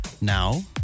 now